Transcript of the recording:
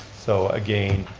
so again,